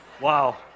Wow